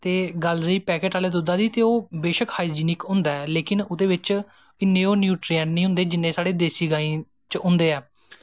ते गल्ल रेही पैकेट आहले दुध्दे दी ते ओह् बेशक हाईजिनिक होंदा ऐ लेकिन ओह्दे च इन्ने न्यूट्रिऐंट नी होंदे जिन्नें साढ़े गायें दे दुध्दै च होंदे ऐं